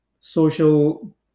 social